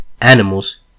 Animals